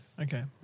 Okay